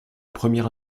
première